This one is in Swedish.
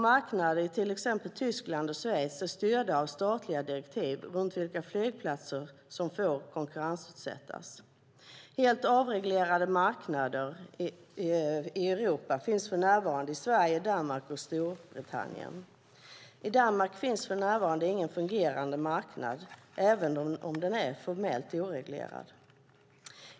Marknaderna i till exempel Tyskland och Schweiz är styrda av statliga direktiv om vilka flygplatser som får konkurrensutsättas. Helt avreglerade marknader i Europa finns för närvarande i Sverige, Danmark och Storbritannien. I Danmark finns i dag ingen fungerande marknad även om den formellt är oreglerad.